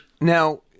Now